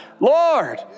Lord